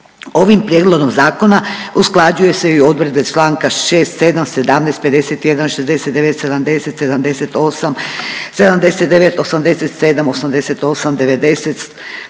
Ovim Prijedlogom zakona usklađuju se i odredbe čl. 6, 7, 17, 51, 69, 70, 78, 79, 87, 88, 90,